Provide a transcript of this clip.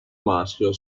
maschio